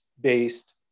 based